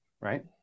Right